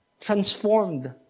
Transformed